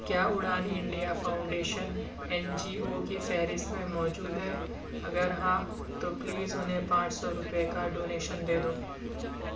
کیا Udaan India Foundation N G O کی فہرست میں موجود ہے اگر ہاں تو پلیز انہیں پانچ سو روپے کا ڈونیشن دے دو